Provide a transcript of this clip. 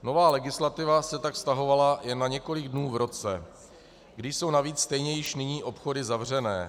Nová legislativa se tak vztahovala jen na několik dnů v roce, když jsou navíc stejně již nyní obchody zavřené.